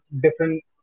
different